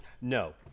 no